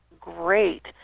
great